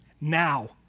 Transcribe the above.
now